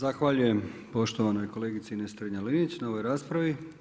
Zahvaljujem poštovanoj kolegici Ines Strenja-Linić na ovoj raspravi.